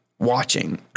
Watching